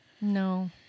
No